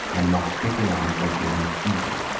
then walked quickly on as though she had not seen him.